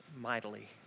mightily